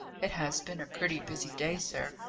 it has been a pretty busy day, sir,